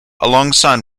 alongside